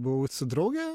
buvau su drauge